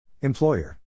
Employer